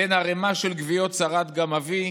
בין ערמה של גוויות שרד גם אבי,